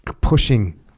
pushing